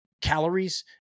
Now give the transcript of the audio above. calories